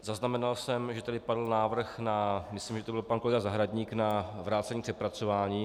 Zaznamenal jsem, že tady padl návrh myslím, že to byl pan kolega Zahradník na vrácení k přepracování.